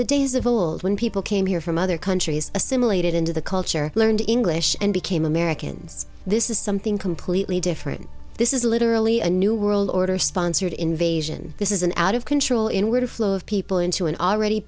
the days of old when people came here from other countries assimilated into the culture learned english and became americans this is something completely different this is literally a new world order sponsored invasion this is an out of control inward flow of people into an already